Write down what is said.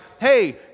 hey